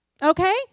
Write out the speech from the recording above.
Okay